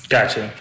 Gotcha